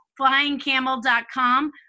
flyingcamel.com